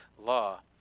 law